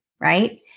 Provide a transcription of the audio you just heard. Right